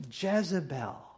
Jezebel